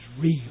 real